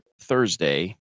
thursday